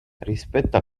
rispetto